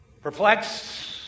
Perplexed